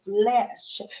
flesh